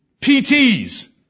PTs